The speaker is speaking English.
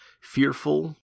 fearful